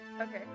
Okay